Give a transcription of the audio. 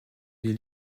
des